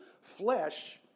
flesh